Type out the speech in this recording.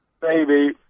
baby